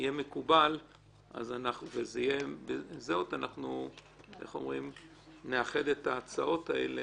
יהיה מקובל והן יהיו זהות אנחנו נאחד את ההצעות האלה